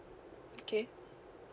okay